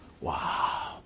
Wow